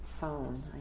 phone